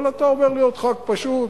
אבל אתה עובר להיות חבר כנסת פשוט.